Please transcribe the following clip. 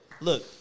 look